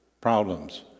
problems